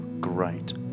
great